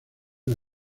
una